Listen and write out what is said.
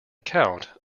account